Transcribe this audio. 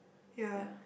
ya